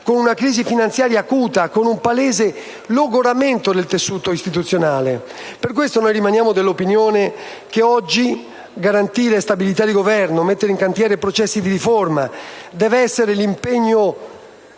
con una crisi finanziaria acuta, con un palese logoramento del tessuto istituzionale. Per questo noi rimaniamo dell'opinione che garantire stabilità di Governo, mettere in cantiere processi di riforma deve essere anche